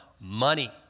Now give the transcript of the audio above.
money